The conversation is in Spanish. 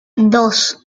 dos